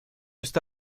está